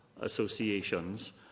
associations